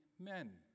men